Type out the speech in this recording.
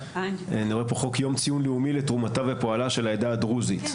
אני רואה פה חוק יום ציון לאומי לתרומתה ופועלה של העדה הדרוזית.